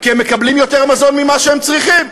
כי הם מקבלים יותר מזון ממה שהם צריכים.